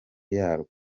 yarwo